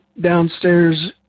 downstairs